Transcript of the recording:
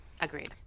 Agreed